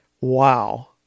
Wow